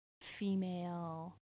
female